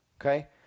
okay